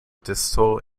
distal